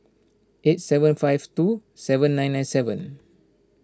eight seven five two seven nine nine seven